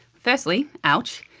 firstly, ouch.